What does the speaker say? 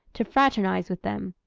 to fraternize with them,